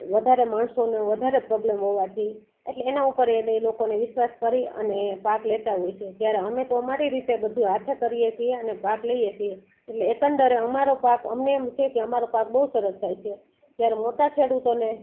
વધારે માણસોનો વધારે પ્રોબ્લમ હોવાથી એટલે એના ઉપર એને એ લોકોને વિશ્વાસ કરી અને ભાગ લેતા હોય છે જ્યારે અમે તો અમારી રીતે બધું હાથે કરીએ છીએ અને ભાગ લઈએ છીએ એટલે એકંદરે અમારો પાક અમને એમ છેકે અમારો પાક બહુ સરસ થાય છે જ્યારે મોટા ખેડૂતોને